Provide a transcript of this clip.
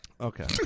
Okay